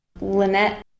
Lynette